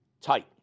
tight